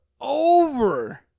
over